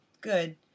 good